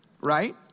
right